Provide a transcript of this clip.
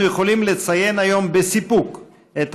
אנחנו יכולים לציין היום בסיפוק את